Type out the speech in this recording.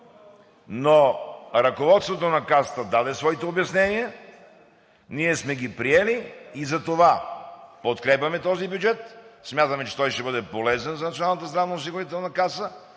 но ръководството на Касата даде своите обяснения, ние сме ги приели и затова подкрепяме този бюджет. Смятаме, че той ще бъде полезен за Националната здравноосигурителна каса,